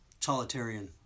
totalitarian